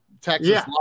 Texas